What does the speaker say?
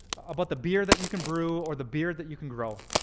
about the beer that you can brew or the beard that you can grow.